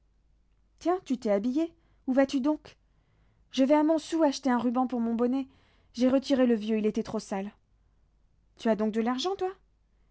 tiens tu t'es habillée où vas-tu donc je vais à montsou acheter un ruban pour mon bonnet j'ai retiré le vieux il était trop sale tu as donc de l'argent toi